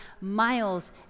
miles